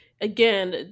again